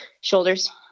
shoulders